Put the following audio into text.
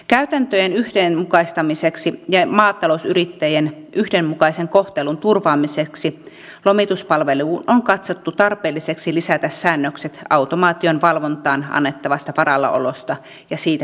käytäntöjen yhdenmukaistamiseksi ja maatalousyrittäjien yhdenmukaisen kohtelun turvaamiseksi lomituspalveluun on katsottu tarpeelliseksi lisätä säännökset automaation valvontaan annettavasta varallaolosta ja siitä perittävästä maksusta